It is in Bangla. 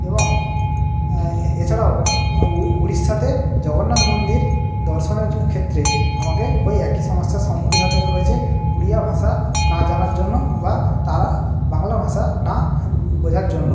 এবং এছাড়াও উড়িষ্যাতে জগন্নাথ মন্দির দর্শনের ক্ষেত্রে আমাকে ওই একই সমস্যার সম্মুখীন হতে হয়েছে উড়িয়া ভাষা না জানার জন্য বা তারা বাংলা ভাষা না বোঝার জন্য